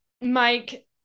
Mike